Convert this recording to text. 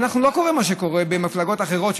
אצלנו לא קורה מה שקורה במפלגות אחרות,